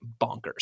bonkers